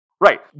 Right